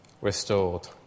restored